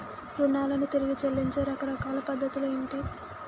రుణాలను తిరిగి చెల్లించే రకరకాల పద్ధతులు ఏంటి?